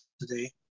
today